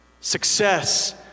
Success